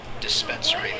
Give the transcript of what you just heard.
dispensary